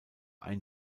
ein